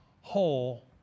whole